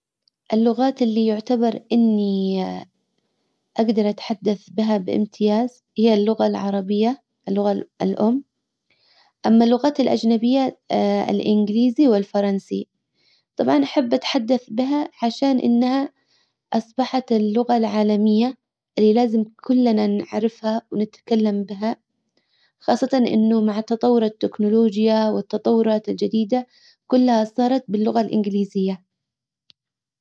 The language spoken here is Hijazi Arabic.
اللغات اللي يعتبر اني اقدر اتحدث بها بامتياز هي اللغة العربية اللغة الام اما اللغات الاجنبية الانجليزي والفرنسي طبعا احب اتحدث بها عشان انها اصبحت اللغة العالمية اللى لازم كلنا نعرفها ونتكلم بها. خاصة انه مع التطور التكنولوجيا والتطورات الجديدة كلها صارت باللغة الانجليزية.